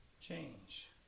change